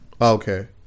Okay